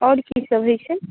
आओर की सब होइ छै